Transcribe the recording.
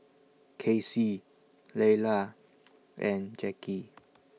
Kacy Leyla and Jackie